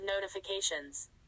notifications